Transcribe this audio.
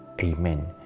Amen